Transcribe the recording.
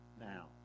now